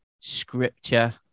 scripture